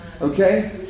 Okay